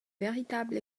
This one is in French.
véritable